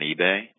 eBay